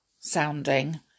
sounding